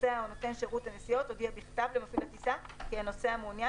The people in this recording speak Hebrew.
הנוסע או נותן שירות הנסיעות הודיע בכתב למפעיל הטיסה כי הנוסע מעוניין